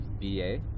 BA